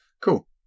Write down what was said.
Cool